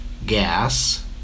Gas